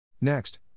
Next